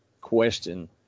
question